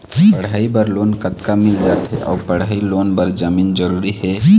पढ़ई बर लोन कतका मिल जाथे अऊ पढ़ई लोन बर जमीन जरूरी हे?